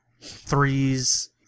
Threes